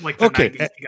Okay